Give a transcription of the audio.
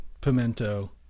pimento